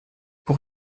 pour